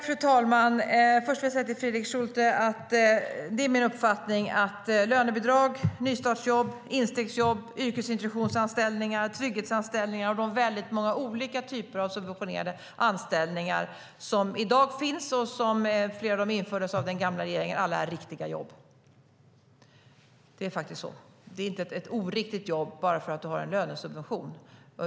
Fru talman! Först vill jag säga till Fredrik Schulte att det är min uppfattning att lönebidrag, nystartsjobb, instegsjobb, yrkesintroduktionsanställningar, trygghetsanställningar och väldigt många olika typer av subventionerade anställningar som i dag finns - flera av dem infördes av den förra regeringen - alla är riktiga jobb. Det är faktiskt så. Det är inte ett oriktigt jobb bara för att du har en lönesubvention.